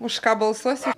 už ką balsuosiu